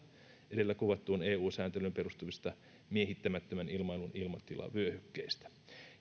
edellä kuvattuun eu sääntelyyn perustuvista miehittämättömän ilmailun ilmatilavyöhykkeistä